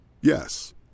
Yes